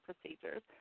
procedures